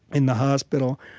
in the hospital,